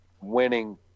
winning